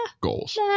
goals